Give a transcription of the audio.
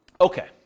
Okay